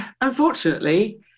unfortunately